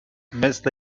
مثل